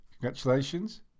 congratulations